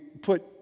put